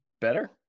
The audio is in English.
Better